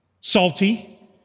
salty